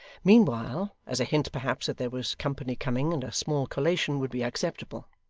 meanwhile, as a hint perhaps that there was company coming, and a small collation would be acceptable.